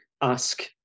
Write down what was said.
ask